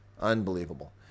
Unbelievable